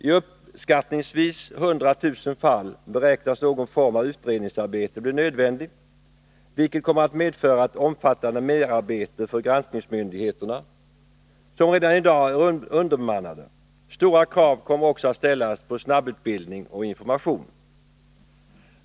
I uppskattningsvis 100 000 fall beräknas någon form av utredningsarbete bli nödvändigt, vilket kommer att medföra ett omfattande merarbete för granskningsmyndigheterna, som redan i dag är underbemannade. Stora krav kommer också att ställas på snabbutbildning och information.